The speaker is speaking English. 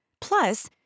Plus